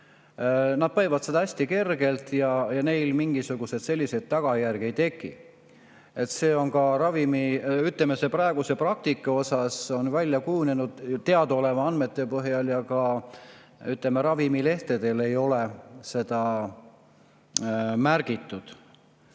Nad põevad seda hästi kergelt ja neil mingisuguseid selliseid tagajärgi ei teki. See on ka ravimi … Ütleme, praeguses praktikas on [see teadmine] välja kujunenud teadaolevate andmete põhjal ja ka ravimilehtedel ei ole seda märgitud.